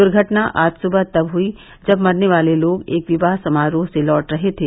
दुर्घटना आज सुबह तब हुयी जब मरने वाले लोग एक विवाह समारोह से लौट रहे थे